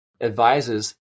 advises